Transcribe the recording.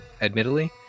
admittedly